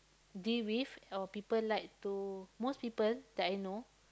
deal with or people like to most people that I know